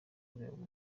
yoherejwe